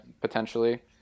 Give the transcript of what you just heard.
potentially